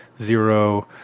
zero